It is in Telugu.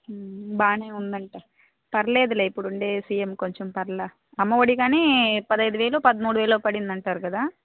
బాగా ఉంది అంట పర్లేదు ఇప్పుడు ఉండే సీఎం కొంచెం పర్లా అమ్మఒడి కానీ పదహైదు వేలు పదమూడు వేలు పడింది అంటారు కదా